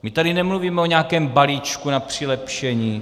My tady nemluvíme o nějakém balíčku na přilepšení.